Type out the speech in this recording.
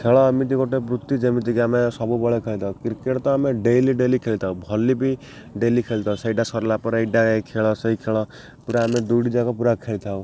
ଖେଳ ଏମିତି ଗୋଟେ ବୃତ୍ତି ଯେମିତିକି ଆମେ ସବୁବେଳେ ଖେଳିଥାଉ କ୍ରିକେଟ୍ ତ ଆମେ ଡେଲି ଡେଲି ଖେଳିଥାଉ ଭଲି ବି ଡେଲି ଖେଳିଥାଉ ସେଇଟା ସରିଲା ପରେ ଏଇଟା ଏ ଖେଳ ସେଇ ଖେଳ ପୁରା ଆମେ ଦୁଇଟି ଯାକ ପୁରା ଖେଳିଥାଉ